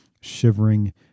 shivering